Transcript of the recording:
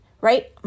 right